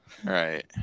Right